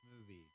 movie